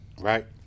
Right